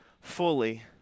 fully